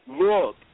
look